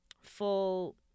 full